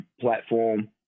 platform